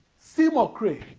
seymour cray